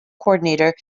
coordinator